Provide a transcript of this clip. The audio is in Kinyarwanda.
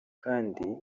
kandi